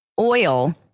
oil